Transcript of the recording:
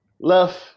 Left